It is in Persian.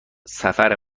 سفر